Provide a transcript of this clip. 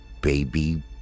Baby